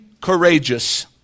courageous